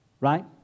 Right